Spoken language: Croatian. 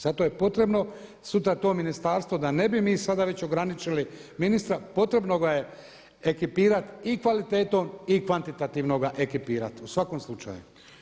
Zato je potrebno sutra to ministarstvo da ne bi mi sada već ograničili ministra potrebno ga je ekipirati i kvalitetom i kvantitativno ga ekipirati u svakom slučaju.